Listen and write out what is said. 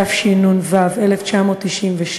התשנ"ו 1996,